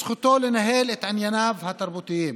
בזכותו לנהל את ענייניו התרבותיים.